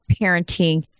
parenting